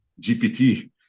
GPT